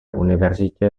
univerzitě